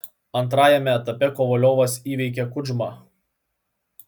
antrajame etape kovaliovas įveikė kudžmą